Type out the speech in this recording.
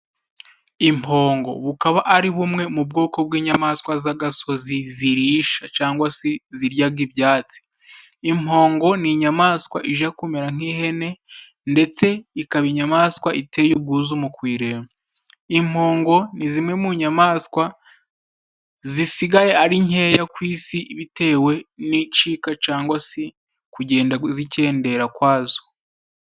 Impongo. Bukaba ari bumwe mu bwoko bw'inyamaswa z'agasozi zirisha cyangwa si ziryaga ibyatsi. Impongo ni inyamaswa ija kumera nk'ihene ndetse ikaba inyamaswa iteye ubwuzu mu kuyireba. Impongo ni zimwe mu nyamaswa zisigaye ari nkeya ku isi bitewe n'icika cangwa si kugenda zikendera kwazo.